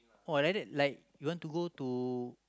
oh like that like you want to go to